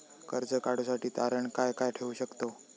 कर्ज काढूसाठी तारण काय काय ठेवू शकतव?